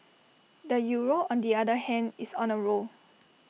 the euro on the other hand is on A roll